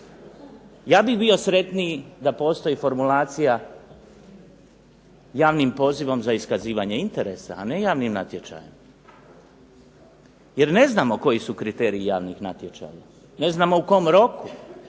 Ja bih bio sretniji da postoji formulacija javnim pozivom za iskazivanje interesa, a ne javnim natječajem jer ne znamo koji su kriteriji javnih natječaja. Ne znamo u kom roku